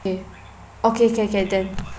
okay okay can can then